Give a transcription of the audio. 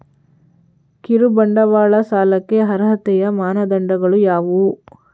ಕಿರುಬಂಡವಾಳ ಸಾಲಕ್ಕೆ ಅರ್ಹತೆಯ ಮಾನದಂಡಗಳು ಯಾವುವು?